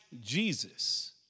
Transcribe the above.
Jesus